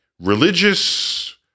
religious